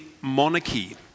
monarchy